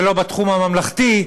ולא בתחום הממלכתי,